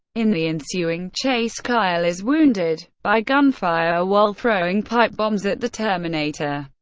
in the ensuing chase, kyle is wounded by gunfire while throwing pipe bombs at the terminator.